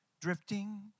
drifting